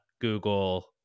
Google